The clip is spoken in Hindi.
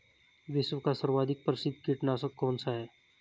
विश्व का सर्वाधिक प्रसिद्ध कीटनाशक कौन सा है?